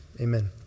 Amen